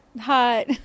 hot